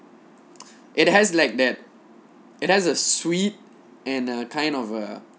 it has like that it has a sweet and uh kind of a